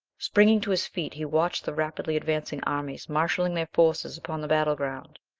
springing to his feet he watched the rapidly advancing armies marshalling their forces upon the battle-ground.